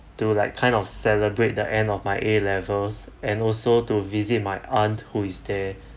to like kind of celebrate the end of my A levels and also to visit my aunt who is there